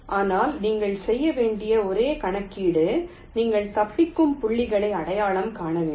ஆனால் நீங்கள் செய்ய வேண்டிய ஒரே கணக்கீடு நீங்கள் தப்பிக்கும் புள்ளிகளை அடையாளம் காண வேண்டும்